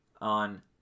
on